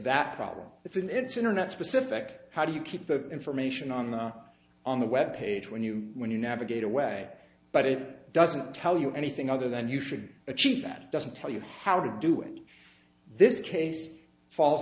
that problem it's in it's internet specific how do you keep the information on the on the web page when you when you navigate away but it doesn't tell you anything other than you should achieve that it doesn't tell you how to do in this case falls